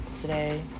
today